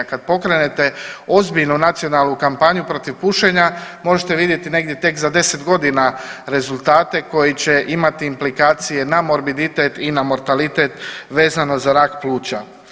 Kad pokrenete ozbiljnu nacionalnu kampanju protiv pušenja možete vidjeti negdje tek za 10 godina rezultate koji će imati implikacije na morbiditet i na mortalitet vezano za rak pluća.